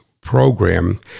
program